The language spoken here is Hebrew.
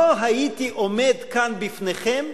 לא הייתי עומד כאן, בפניכם,